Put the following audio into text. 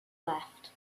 left